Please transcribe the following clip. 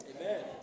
Amen